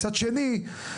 מצד שני,